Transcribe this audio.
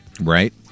Right